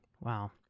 Wow